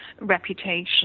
reputation